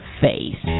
face